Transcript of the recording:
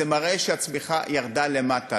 זה מראה שהצמיחה ירדה למטה,